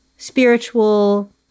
Spiritual